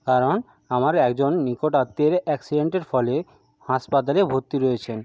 কারণ আমার একজন নিকট আত্মীয়ের অ্যাকসিডেন্টের ফলে হাসপাতালে ভর্তি রয়েছেন